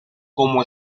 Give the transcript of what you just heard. como